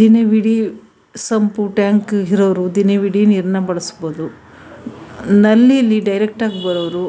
ದಿನವಿಡೀ ಸಂಪು ಟ್ಯಾಂಕ್ ಇರೋರು ದಿನವಿಡೀ ನೀರನ್ನ ಬಳಸ್ಬೋದು ನಲ್ಲಿಲಿ ಡೈರೆಕ್ಟಾಗಿ ಬರೋರು